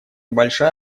большая